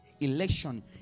election